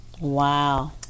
Wow